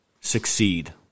succeed